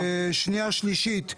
שנייה ושלישית,